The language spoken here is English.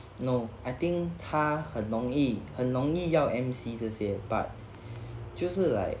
no I think 他很容易很容易要 M_C 这些 but 就是 like